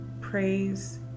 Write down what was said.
Praise